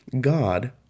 God